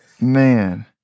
man